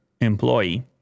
employee